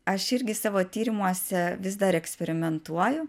aš irgi savo tyrimuose vis dar eksperimentuoju